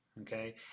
Okay